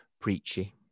preachy